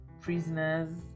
prisoners